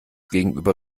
gegenüber